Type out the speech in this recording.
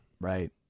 Right